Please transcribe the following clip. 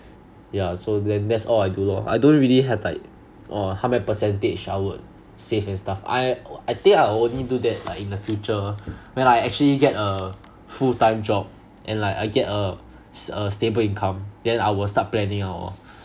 yeah so then that's all I do lor I don't really have like oh how many percentage I would save and stuff I I think I only do that uh in the future when I actually get a full time job and like I get a s~ a stable income then I will planning out lor